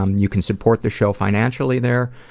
um you can support the show financially there,